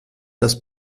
das